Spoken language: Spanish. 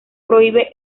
prohíbe